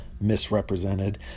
misrepresented